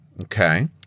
Okay